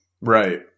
Right